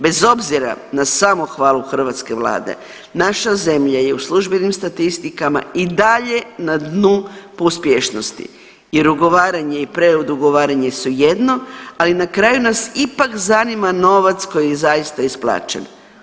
Bez obzira na samohvalu hrvatske vlade, naša zemlja je u službenim statistikama i dalje na dnu po uspješnosti jer ugovaranje i pred ugovaranje su jedno, ali na kraju nas ipak zanima novac koji je zaista isplaćen.